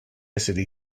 city